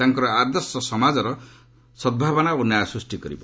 ତାଙ୍କର ଆଦର୍ଶ ସମାଜରେ ସଦ୍ଭାବନା ଓ ନ୍ୟାୟ ସୃଷ୍ଟି କରିବ